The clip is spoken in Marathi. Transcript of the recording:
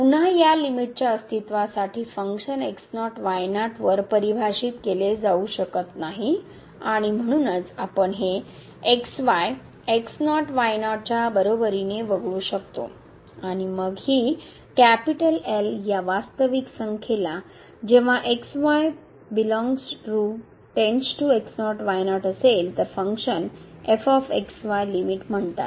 पुन्हा या लीमिट च्या अस्तित्वासाठी फंक्शन x0 y0 वर परिभाषित केले जाऊ शकत नाही आणि म्हणूनच आपण हे x y x0 y0 च्या बरोबरीने वगळू शकतो आणि मग हीL या वास्तविक संखेला जेंव्हा असेल तर फंक्शन लिमिट म्हणतात